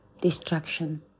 destruction